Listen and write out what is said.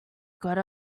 good